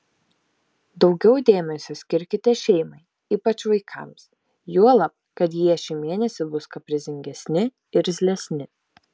daugiau dėmesio skirkite šeimai ypač vaikams juolab kad jie šį mėnesį bus kaprizingesni irzlesni